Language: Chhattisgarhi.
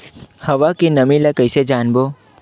हवा के नमी ल कइसे जानबो?